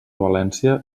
valència